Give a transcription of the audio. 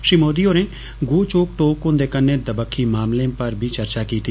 श्री मोदी होरें Goh Chok Tong हुंदे कन्नै दवक्खी मामलें पर बी चर्चा कीती